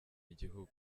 igihugu